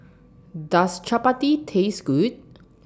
Does Chapati Taste Good